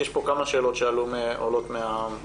כי יש פה כמה שאלות שעולות מהנוכחים.